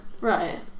right